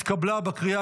נתקבל.